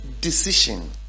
decision